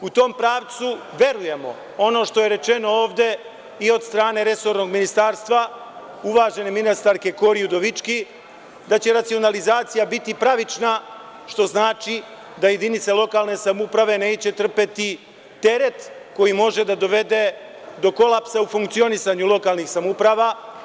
U tom pravcu verujemo ono što je rečeno ovde i od strane resornog ministarstva, uvažene ministarke Kori Udovički, da će racionalizacija biti pravična, što znači da jedinice lokalne samouprave neće trpeti teret koji može da dovede do kolapsa u funkcionisanju lokalnih samouprava.